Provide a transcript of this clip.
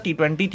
T20